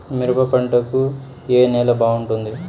మిరప పంట కు ఏ నేల బాగుంటుంది?